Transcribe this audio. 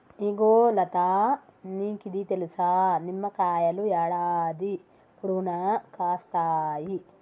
ఇగో లతా నీకిది తెలుసా, నిమ్మకాయలు యాడాది పొడుగునా కాస్తాయి